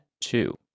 two